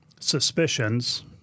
suspicions